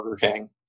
King